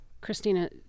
Christina